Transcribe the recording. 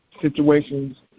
situations